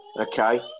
Okay